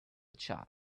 child